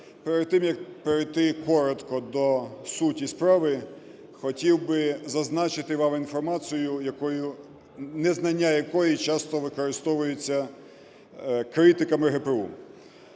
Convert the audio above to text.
Перед тим, як перейти коротко до суті справи, хотів би зазначити вам інформацію, незнання якої часто використовується критиками ГПУ.